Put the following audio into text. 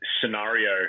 scenario